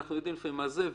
אנחנו יודעים מה זה,